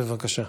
בבקשה.